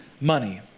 money